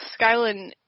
Skylin